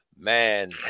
Man